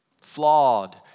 flawed